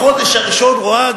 בחודש הראשון רואה,